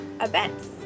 events